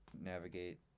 navigate